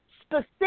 specific